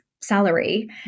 salary